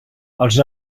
els